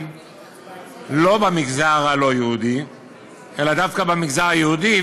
לא במגזר הלא-יהודי אלא דווקא במגזר היהודי,